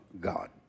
God